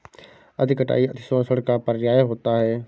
अति कटाई अतिशोषण का पर्याय होता है